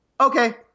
Okay